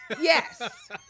Yes